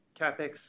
CAPEX